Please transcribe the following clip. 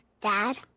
Dad